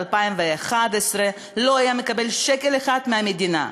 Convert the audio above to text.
2011 לא היו מקבלים שקל אחד מהמדינה,